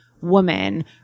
woman